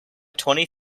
twenty